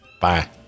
Bye